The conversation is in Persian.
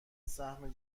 سهم